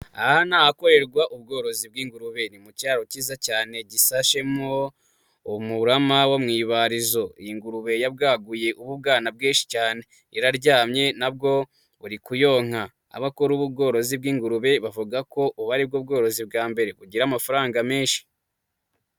Ahana ni ahakorerwa ubworozi bw'ingurube mu kiraro cyiza cyane gisashemwo umurama w'ibarizo. Iyi ngurube yabwaguye ububwana bwinshi cyane iraryamye nabwo buri kuyonka. Abakora ubu bworozi bw'ingurube bavuga ko ubu ari bwo bworozi bwa mbere kugira amafaranga menshi.